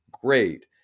great